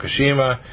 Fukushima